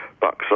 bucks